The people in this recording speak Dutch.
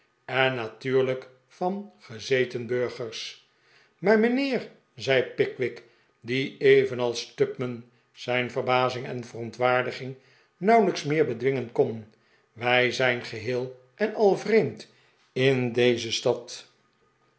en natuurlijk van gezeten burgers maar mijnheer zei pickwick die evenals tupman zijn verbazing en verontwaardiging nauwelijks meer bedwingen kon wij zijn geheel en al vreemd in deze stad